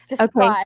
Okay